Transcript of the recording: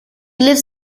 lives